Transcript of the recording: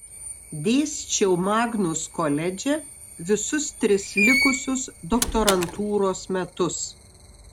dėsčiau magnus koledže visus tris likusius doktorantūros metus